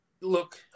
Look